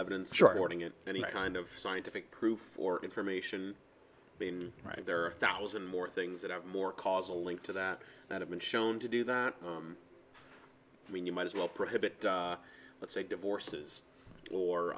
it any kind of scientific proof or information being right there are thousands more things that are more causal link to that that have been shown to do that i mean you might as well prohibit let's say divorces or